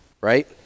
right